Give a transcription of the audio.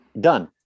Done